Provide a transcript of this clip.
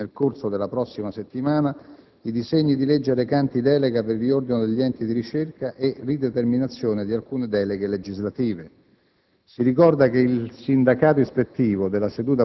Il calendario prevede inoltre - se possibile nel corso della prossima settimana - i disegni di legge recanti delega al Governo in materia di riordino degli enti di ricerca e rideterminazione di alcune deleghe legislative.